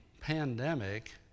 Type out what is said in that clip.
pandemic